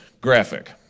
graphic